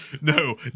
No